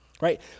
right